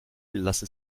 lassen